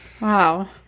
Wow